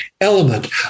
element